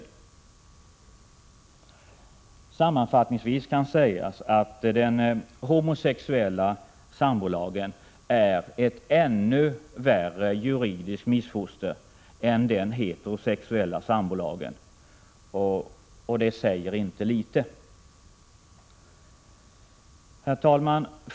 Sammanfattningsvis kan sägas att den homosexuella sambolagen är ett ännu värre juridiskt missfoster än den heterosexuella sambolagen — och det säger inte litet. Herr talman!